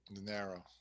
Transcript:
Narrow